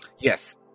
Yes